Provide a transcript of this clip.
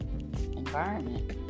environment